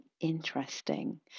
interesting